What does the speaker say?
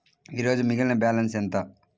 ఈరోజు మిగిలిన బ్యాలెన్స్ ఎంత?